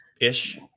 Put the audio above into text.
ish